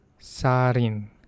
sarin